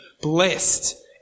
blessed